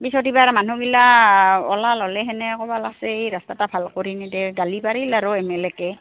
পিছত ইবাৰ মানুহবিলা অলাল অলে হ'লে ক'বা লাগচে এই ৰাস্তাতা ভাল কৰি নিদে গালি পাৰিল আৰু এম এলকে